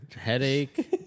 Headache